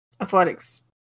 Athletics